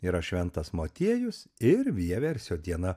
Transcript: yra šventas motiejus ir vieversio diena